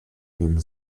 nehmen